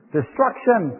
Destruction